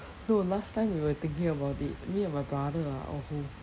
no last time we were thinking about it me and my brother ah or who